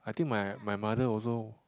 I think my my mother also